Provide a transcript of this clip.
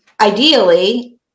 ideally